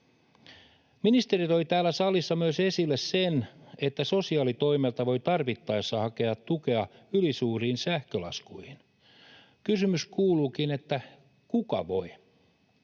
Ministeri toi täällä salissa myös esille sen, että sosiaalitoimelta voi tarvittaessa hakea tukea ylisuuriin sähkölaskuihin. Kysymys kuuluukin: kuka voi?